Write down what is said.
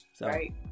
Right